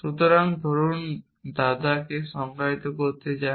সুতরাং ধরুন আপনি দাদাকে সংজ্ঞায়িত করতে চান